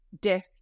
death